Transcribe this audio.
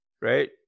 right